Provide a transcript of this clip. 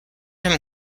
him